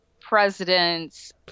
presidents